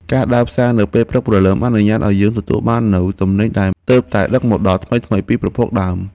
ការដើរផ្សារនៅពេលព្រឹកព្រលឹមអនុញ្ញាតឱ្យយើងទទួលបាននូវទំនិញដែលទើបតែដឹកមកដល់ថ្មីៗពីប្រភពដើម។